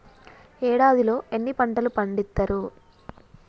ఏడాదిలో ఎన్ని పంటలు పండిత్తరు?